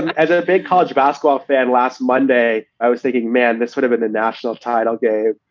and as a big college basketball fan last monday, i was thinking, man, this would've been the national title game